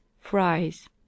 Fries